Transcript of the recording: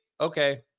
Okay